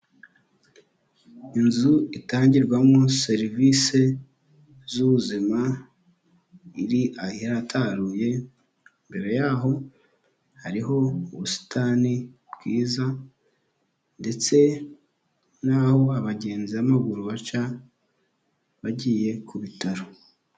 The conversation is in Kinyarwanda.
Inzu itangirwamo serivisi z'ubuzima iri ahirataruye, imbere yaho hariho ubusitani bwiza ndetse naho abagenzi b'amaguru baca bagiye ku bitaro.